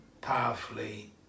powerfully